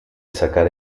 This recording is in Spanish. sacar